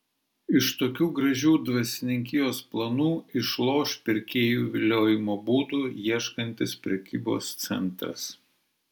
iš tokių gražių dvasininkijos planų išloš pirkėjų viliojimo būdų ieškantis prekybos centras